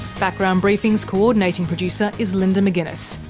background briefing's co-ordinating producer is linda mcginness,